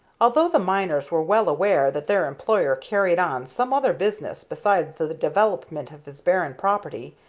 although the miners were well aware that their employer carried on some other business besides the development of his barren property,